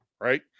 right